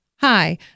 Hi